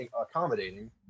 accommodating